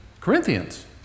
Corinthians